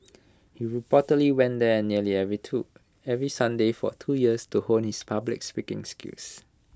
he reportedly went there nearly every to every Sunday for two years to hone his public speaking skills